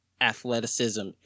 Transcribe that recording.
athleticism